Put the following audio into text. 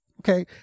Okay